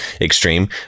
extreme